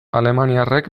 alemaniarrek